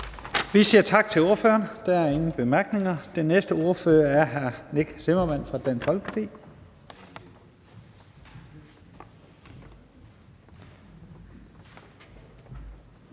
Vi siger tak til ordføreren. Der er ingen korte bemærkninger. Den næste ordfører er hr. Nick Zimmermann fra Dansk Folkeparti.